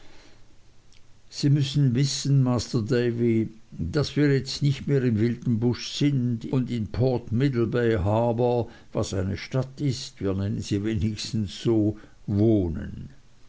sie müssen wissen masr davy daß wir jetzt nicht mehr im wilden busch sind und in port middlebay harbour was eine stadt ist wir nennen sie wenigstens so wohnen